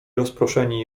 rozproszeni